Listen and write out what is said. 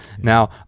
Now